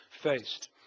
faced